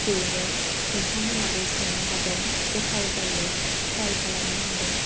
बेनो नोंथांमोनहाबो संनो हागोन गोथाव जायो ट्राय खालामनो हागोन